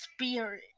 spirit